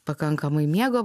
pakankamai miego